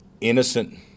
innocent